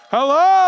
Hello